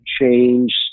change